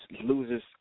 loses –